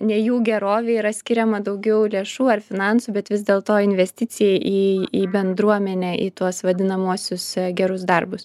ne jų gerovei yra skiriama daugiau lėšų ar finansų bet vis dėlto investicijai į į bendruomenę į tuos vadinamuosius gerus darbus